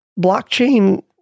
blockchain